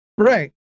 Right